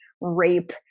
rape